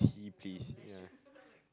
tea please yeah